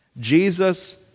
Jesus